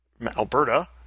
Alberta